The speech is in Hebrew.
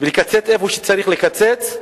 ונקצץ איפה שצריך לקצץ,